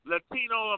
Latino